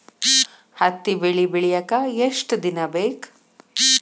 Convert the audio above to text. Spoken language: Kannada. ಹತ್ತಿ ಬೆಳಿ ಬೆಳಿಯಾಕ್ ಎಷ್ಟ ದಿನ ಬೇಕ್?